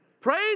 Praise